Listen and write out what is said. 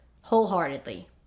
wholeheartedly